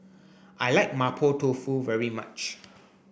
I like mapo tofu very much